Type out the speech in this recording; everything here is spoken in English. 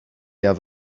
have